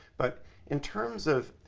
but in terms of,